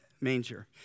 manger